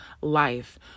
life